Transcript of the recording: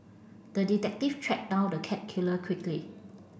the detective tracked down the cat killer quickly